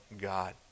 God